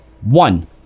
One